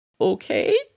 okay